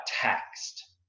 taxed